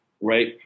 right